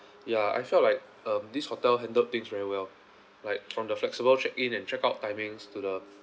ya I felt like um this hotel handled things very well like from the flexible check in and check out timings to the